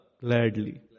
gladly